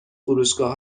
فروشگاه